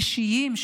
אישיים,